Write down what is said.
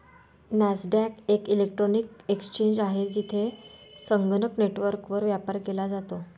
Nasdaq एक electronic exchange आहे, जेथे संगणक नेटवर्कवर व्यापार केला जातो